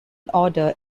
order